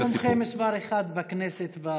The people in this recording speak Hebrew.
הוא מומחה מס' 1 בכנסת למשטרה.